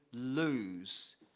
lose